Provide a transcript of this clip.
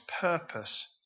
purpose